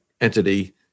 entity